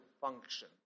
function